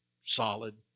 solid